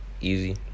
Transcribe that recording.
Easy